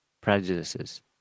prejudices